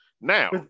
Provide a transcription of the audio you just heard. Now